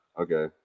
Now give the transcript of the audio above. Okay